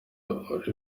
uri